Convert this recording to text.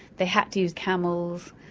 they had to use camels.